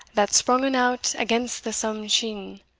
that sprongen out against the sonne sheene,